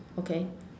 okay